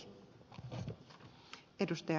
arvoisa puhemies